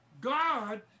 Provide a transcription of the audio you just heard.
God